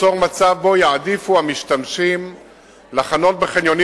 תיצור מצב שבו יעדיפו המשתמשים להחנות בחניונים